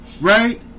right